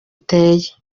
ateye